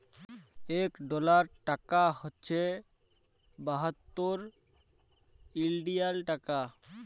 ইক ডলার টাকা হছে বাহাত্তর ইলডিয়াল টাকা